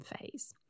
phase